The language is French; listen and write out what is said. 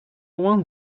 loin